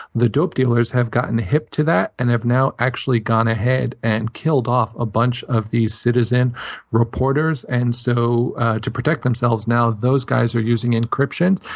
the dope dealers have gotten hip to that and have now actually gone ahead and killed off a bunch of these citizen reporters. and so to protect themselves now, those guys are using encryption.